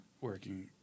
working